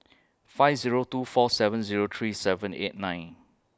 five Zero two four seven Zero three seven eight nine